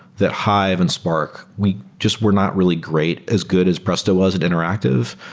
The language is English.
that hive and spark, we just were not really great as good as presto was and interactive,